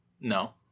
no